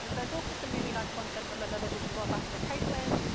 there's also some really nice content from another digital ambassador, caitlin,